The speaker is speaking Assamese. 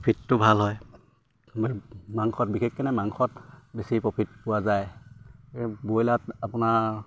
প্ৰফিটটো ভাল হয় মাংসত বিশেষকে মাংসত বেছি প্ৰফিট পোৱা যায় ব্ৰইলাৰত আপোনাৰ